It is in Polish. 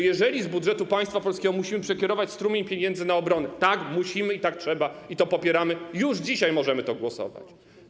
Jeżeli z budżetu państwa polskiego musimy przekierować strumień pieniędzy na obronę - tak, musimy i tak trzeba, i to popieramy - już dzisiaj możemy nad tym głosować.